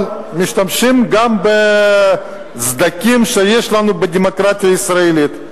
אבל משתמשות גם בסדקים שיש לנו בדמוקרטיה הישראלית.